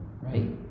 right